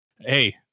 hey